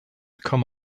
come